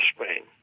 Spain